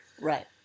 Right